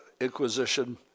Inquisition